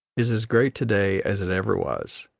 is as great to-day as it ever was,